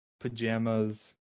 Pajamas